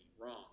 wrong